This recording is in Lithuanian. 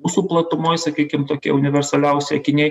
mūsų platumoj sakykim tokie universaliausi akiniai